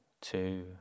two